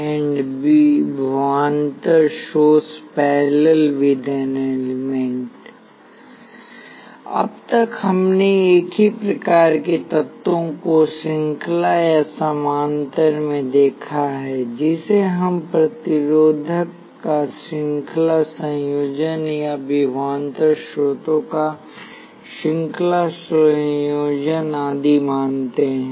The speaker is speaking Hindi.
अब तक हमने एक ही प्रकार के तत्वों को श्रृंखला या समानांतर में देखा है जिसे हम प्रतिरोधक का श्रृंखला संयोजन या विभवांतर स्रोतों का श्रृंखला संयोजन आदि मानते हैं